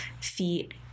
feet